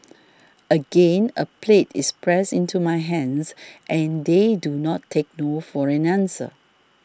again a plate is pressed into my hands and they do not take no for an answer